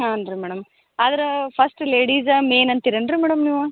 ಹಾನ್ ರೀ ಮೇಡಮ್ ಆದ್ರೆ ಫಸ್ಟ್ ಲೇಡೀಜೇ ಮೇನ್ ಅಂತಿರೇನು ರೀ ಮೇಡಮ್ ನೀವು